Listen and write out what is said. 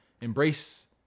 embrace